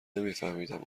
نمیفهمیدم